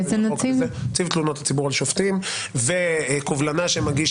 נציב תלונות הציבור על שופטים או קובלנה שמגיש